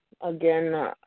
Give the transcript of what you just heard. again